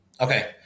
Okay